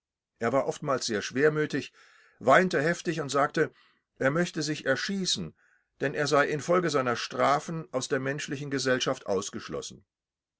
er war oftmals sehr schwermütig weinte heftig und sagte er möchte sich erschießen denn er sei infolge seiner strafen aus der menschlichen gesellschaft ausgeschlossen